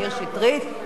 מאיר שטרית,